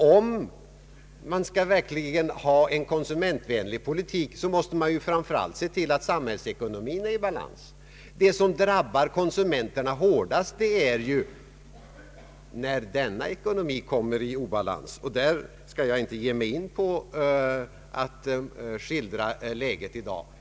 Om man skall ha en konsumentvänlig politik måste man framför allt se till att samhällsekonomin är i balans. Det som drabbar konsumenterna hårdast är när denna ekonomi kommer i obalans. Jag skall inte ge mig in på att i detalj skildra läget i dag.